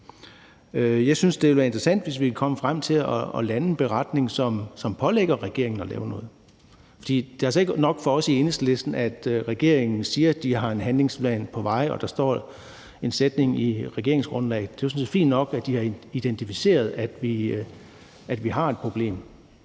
Jeg synes, det ville være interessant, hvis vi kunne komme frem til at lande en beretning, som pålægger regeringen at gøre noget, for det er altså ikke nok for os i Enhedslisten, at regeringen siger, at de har en handlingsplan på vej, og at der står en sætning i regeringsgrundlaget. Det er jo sådan set fint nok, at de har identificeret, at vi har et problem,